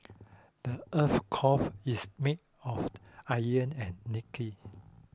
the earth's core is made of iron and nickel